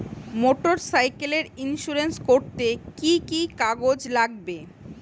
Motorcycle insurance করতে কি কি কাগজ লাগবে?